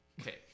Okay